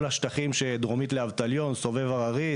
כל השטחים שדרומית לאבטליון, סובב הררית.